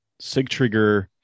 Sigtrigger